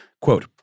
quote